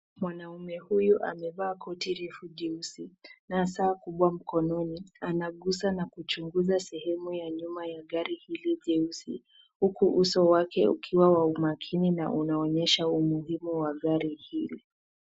Mwanaume huyu amevaa koti refu jeusi na saa kubwa mkononi, anagusa na kuchunguza sehemu ya nyuma ya gari hili jeusi huku uso wake ukiwa wa umakinina unaonyesha umuhimu wa gari hili.